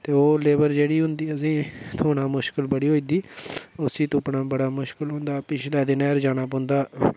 ते ओह् लेबर जेह्ड़ी होंदी असेंगी थ्होना मुशकल बड़ी होई जंदी उसी तुप्पना बड़ा मुश्कल होंदा पिछले दिनें'र जाना पौंदा